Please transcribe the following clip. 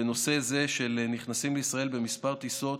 בנושא הזה של נכנסים לישראל, בכמה טיסות.